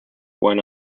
went